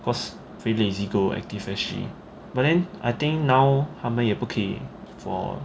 because feel lazy to go ActiveSG but then I think now 他们也不可以 for